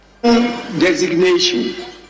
Designation